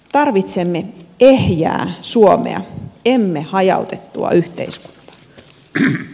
tarvitsemme ehjää suomea emme hajautettua yhteiskuntaa